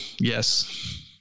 Yes